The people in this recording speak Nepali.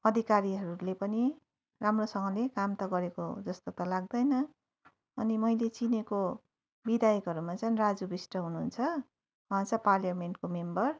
अधिकारीहरूले पनि राम्रोसँगले काम त गरेको जस्तो त लाग्दैन अनि मैले चिनेको विधायकहरूमा चाहिँ राजु विष्ट हुनुहुन्छ वहाँ चाहिँ पार्लामेन्टको मेम्बर